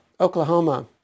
Oklahoma